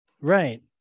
Right